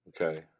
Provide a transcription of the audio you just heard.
Okay